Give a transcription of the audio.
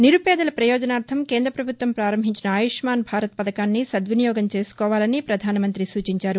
నిరుపేదల ప్రయోజనార్దం కేంద్ర ప్రభుత్వం ప్రారంభించిన ఆయుష్మాన్ భారత్ పథకాన్ని సద్వినియోగం చేసుకోవాలని ప్రధాన మంత్రి సూచించారు